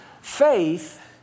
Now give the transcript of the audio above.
Faith